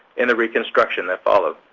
and the reconstruction that followed.